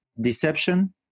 deception